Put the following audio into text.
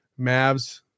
Mavs